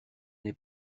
n’ai